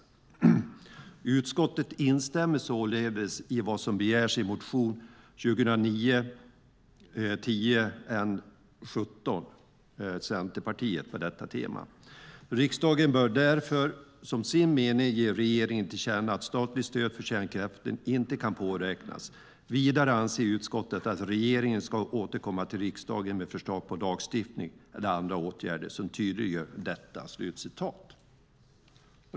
Utskottet instämmer således i vad som begärs i motion 2009/10:N17 på detta tema. Riksdagen bör därför som sin mening ge regeringen till känna att statligt stöd för kärnkraft, i form av direkta eller indirekta subventioner, inte kan påräknas. Vidare anser utskottet att regeringen ska återkomma till riksdagen med förslag till lagstiftning eller andra åtgärder som tydliggör detta."